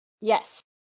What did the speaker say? Yes